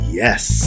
yes